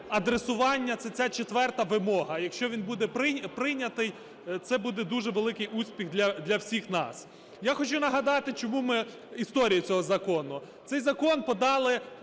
адресування, це ця четверта вимога. Якщо він буде прийнятий, це буде дуже великий успіх для всіх нас. Я хочу нагадати, чому ми… історію цього закону. Цей закон подав